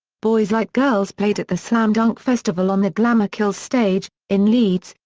boys like girls played at the slam dunk festival on the glamour kills stage, in leeds,